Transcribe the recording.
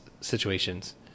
situations